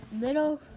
little